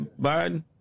Biden